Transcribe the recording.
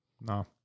No